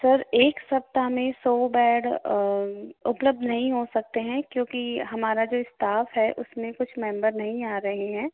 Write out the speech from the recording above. sir एक सप्ताह में सौ बेड उपलब्ध नहीं हो सकते हैं क्योंकि हमारा जो स्टाफ हैं उसमें कुछ मेंबर नहीं आ रहे हैं